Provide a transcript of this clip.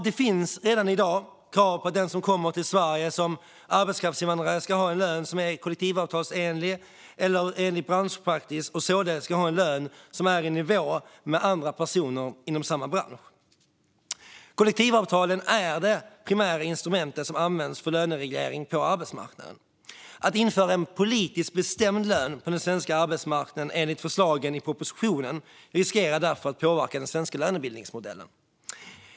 Det finns redan i dag krav på att den som kommer till Sverige som arbetskraftsinvandrare ska ha en lön som är kollektivavtalsenlig eller enligt branschpraxis och således i nivå med lönen för andra personer inom samma bransch. Kollektivavtalen är det primära instrument som används för lönereglering på arbetsmarknaden. Att införa en politiskt bestämd lön på den svenska arbetsmarknaden enligt förslagen i propositionen riskerar därför att påverka den svenska lönebildningsmodellen.